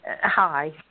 Hi